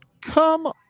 Come